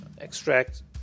extract